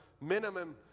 minimum